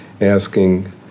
asking